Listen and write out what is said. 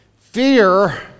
Fear